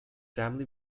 family